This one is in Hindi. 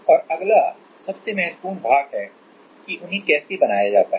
और अगला सबसे महत्वपूर्ण भाग है कि उन्हें कैसे बनाया जाता है